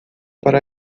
para